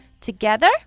Together